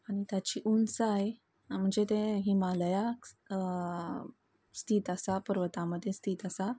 आनी ताची उंचाय आमचे तें हिमालया स्थीत आसा पर्वता मदीं स्थीत आसा